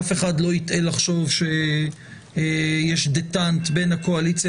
אף אחד לא יטעה לחשוב שיש דטאנט בין הקואליציה